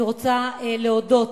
אני רוצה להודות